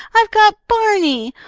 i've got barney!